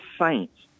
saints